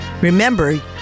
Remember